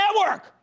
network